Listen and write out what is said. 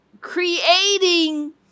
creating